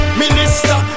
minister